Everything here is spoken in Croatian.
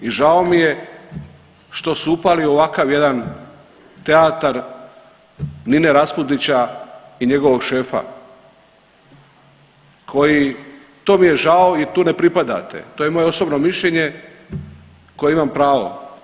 I žao mi je što su upali ovakav jedan teatar Nine Raspudića i njegovog šefa koji, to mi je žao i tu ne pripadate, to je moje osobno mišljenje koje imam pravo.